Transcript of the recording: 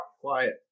Quiet